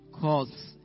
cause